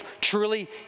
truly